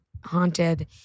haunted